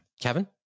Kevin